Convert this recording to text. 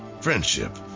friendship